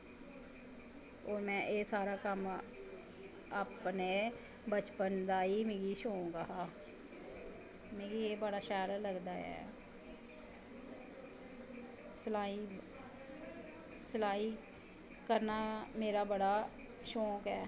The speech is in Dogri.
और एह् सारा कम्म में मिगी बचपन दा गै शौंक हा मिगी एह् बड़ा सैल लगदा ऐ सलाई करनां मेरा बड़ा शौंक ऐ